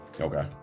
okay